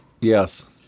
Yes